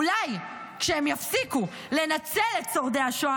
אולי כשהם יפסיקו לנצל את שורדי השואה